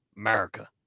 america